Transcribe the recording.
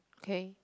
K